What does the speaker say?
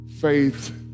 faith